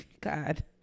God